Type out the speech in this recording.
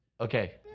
Okay